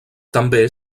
també